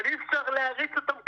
אבל אי אפשר להריץ אותם קדימה.